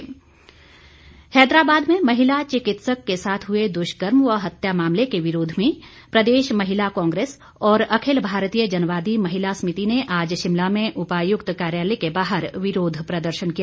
विरोध प्रदर्शन हैदारबाद में महिला चिकित्सक के साथ हुए दुष्कर्म व हत्या मामले के विरोध में प्रदेश महिला कांग्रेस और अखिल भारतीय जनवादी महिला समिति ने आज शिमला में उपायुक्त कार्यालय के बाहर विरोध प्रदर्शन किया